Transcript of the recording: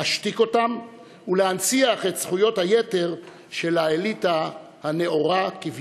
להשתיק אותם ולהנציח את זכויות היתר של האליטה הנאורה-כביכול.